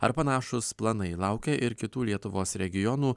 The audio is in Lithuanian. ar panašūs planai laukia ir kitų lietuvos regionų